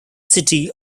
city